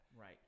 right